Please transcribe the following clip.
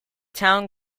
town